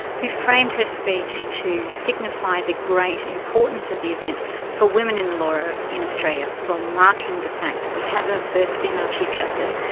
who framed her speech to signify the great importance of the event for women in the law in in australia for marking the fact that we have a first female chief justice,